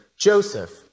Joseph